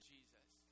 Jesus